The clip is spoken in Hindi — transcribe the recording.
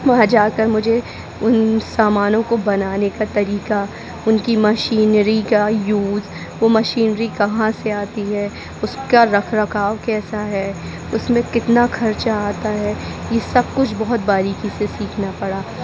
वहाँ जाकर मुझे उन सामानों को बनाने का तरीका उनकी मशीनरी का यूज़ वो मशीनरी कहाँ से आती है उसका रखरखाव कैसा है उसमें कितना खर्चा आता है ये सब कुछ बहुत बारीकी से सीखना पड़ा